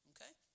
Okay